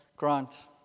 Grant